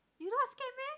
you don't scared meh